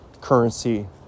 currency